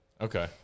Okay